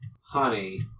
Honey